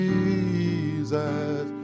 Jesus